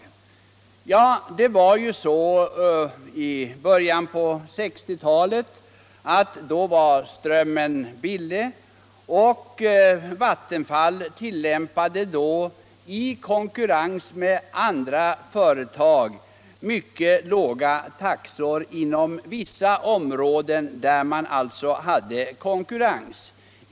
I början på 1960-talet var strömmen billig, och Vattenfall tillämpade då i konkurrens med andra företag mycket låga taxor inom områden där verket hade konkurrens.